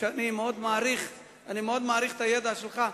ואני מאוד מעריך את הידע שלך,